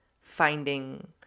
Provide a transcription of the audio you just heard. finding